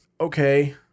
okay